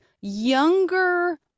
younger